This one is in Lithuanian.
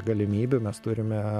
galimybių mes turime